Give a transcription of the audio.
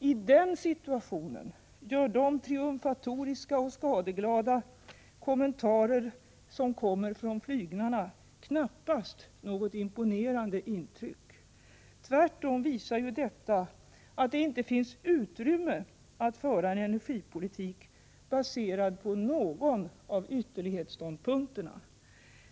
I den situationen gör de triumfatoriska och skadeglada kommentarer som kommer från flyglarna knappast något imponerande intryck. Tvärtom visar ju detta att det inte finns utrymme att föra en energipolitik baserad på någon av ytterlighetsståndpunkterna.